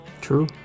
True